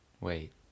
wait